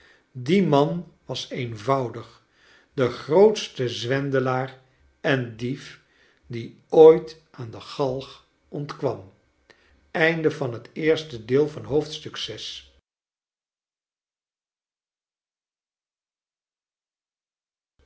die man was eenvoudig de grootste zwendelaar en dief die ooit aan de galg ontkwam